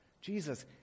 Jesus